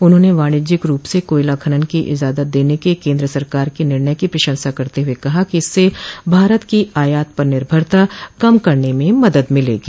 उन्होंने वाणिज्यिक रूप से कायला खनन की इजाजत देने क केन्द्र सरकार के निर्णय की प्रशंसा करते हुए कहा कि इससे भारत की आयात पर निर्भरता कम करने में मदद मिलेगी